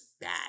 bad